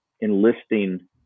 enlisting